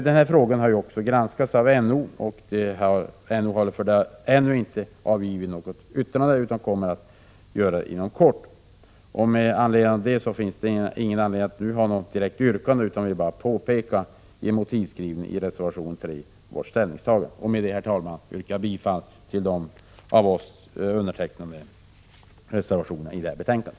Den här frågan har också granskats av NO, men NO har ännu inte avgivit något yttrande utan kommer att göra det inom kort. Därför finns det ingen anledning att nu framställa något direkt yrkande, utan vi pekar bara i motivskrivningen i reservation 3 på vårt ställningstagande. Herr talman! Med detta yrkar jag bifall till de av oss undertecknade reservationerna till detta betänkande.